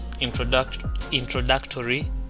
introductory